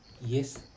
Yes